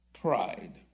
Pride